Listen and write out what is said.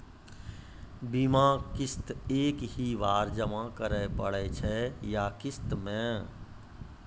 बीमा किस्त एक ही बार जमा करें पड़ै छै या किस्त मे?